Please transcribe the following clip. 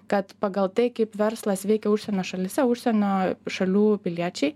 kad pagal tai kaip verslas veikia užsienio šalyse užsienio šalių piliečiai